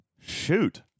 Shoot